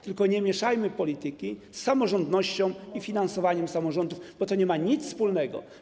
Tylko nie mieszajmy polityki z samorządnością i finansowaniem samorządów, bo to nie ma ze sobą nic wspólnego.